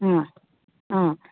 ꯑꯥ ꯑꯥ